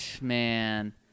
man